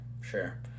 Sure